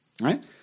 Right